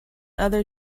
other